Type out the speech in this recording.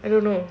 I don't know